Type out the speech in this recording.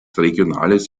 regionales